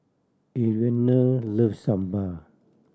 Arianna loves sambal